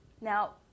Now